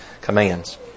commands